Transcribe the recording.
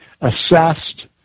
assessed